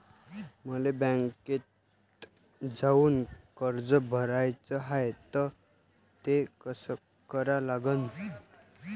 मले बँकेत जाऊन कर्ज भराच हाय त ते कस करा लागन?